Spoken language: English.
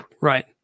Right